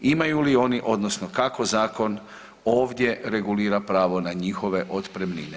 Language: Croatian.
Imaju li oni odnosno kako zakon ovdje regulira pravo na njihove otpremnine?